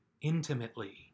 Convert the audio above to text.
intimately